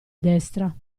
destra